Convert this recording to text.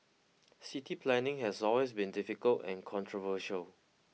city planning has always been difficult and controversial